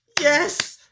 yes